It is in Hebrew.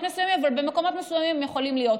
מסוימים אבל במקומות מסוימים הם יכולים להיות.